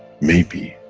maybe,